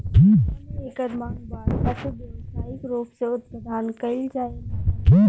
दुनिया में एकर मांग बाढ़ला से व्यावसायिक रूप से उत्पदान कईल जाए लागल